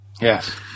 Yes